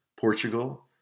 Portugal